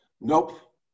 Nope